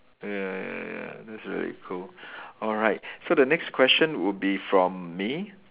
ya ya ya that's very cool alright so the next question would be from me